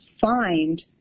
find